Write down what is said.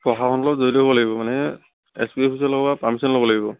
প্ৰশাসনৰ লগত জড়িত হ'ব লাগিব মানে এছ পি অফিচাৰৰ লগত পাৰিশ্যন ল'ব লাগিব